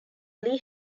lee